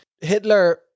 Hitler